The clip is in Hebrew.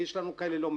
ויש לנו כאלה לא מעט,